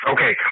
Okay